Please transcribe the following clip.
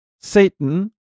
Satan